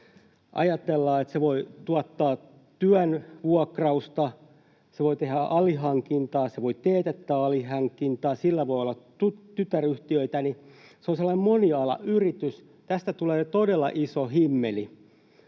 Ajatellaan, että se voi tuottaa työn vuokrausta, se voi tehdä alihankintaa, se voi teetättää alihankintaa, sillä voi olla tytäryhtiöitä, joten se on sellainen monialayritys. Tästä tulee todella iso himmeli.